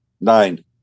nine